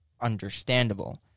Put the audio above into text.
understandable